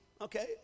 okay